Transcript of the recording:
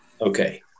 Okay